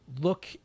look